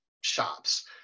shops